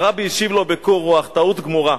הרבי השיב לו בקור רוח: טעות גמורה.